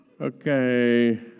Okay